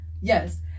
yes